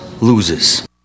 loses